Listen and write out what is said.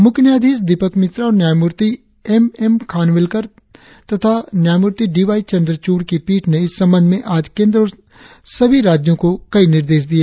मुख्य न्यायाधीश दीपक मिश्रा और न्यायमूर्ति एम एम खनविल्कर तथा न्यायमूर्ति डी वाई चंद्रचूड़ की पीठ ने इस संबंध में आज केंद्र और सभी राज्यों को कई निर्देश दिए